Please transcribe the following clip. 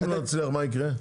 מה יקרה?